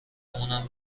اونم